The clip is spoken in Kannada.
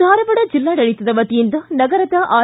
ಧಾರವಾಡ ಜಿಲ್ಲಾಡಳಿತದ ವತಿಯಿಂದ ನಗರದ ಆರ್